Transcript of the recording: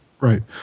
Right